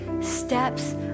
steps